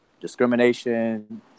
discrimination